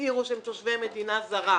הצהירו שהם תושבי מדינה זרה,